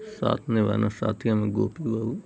साथ निभाना साथिया में गोपी बहू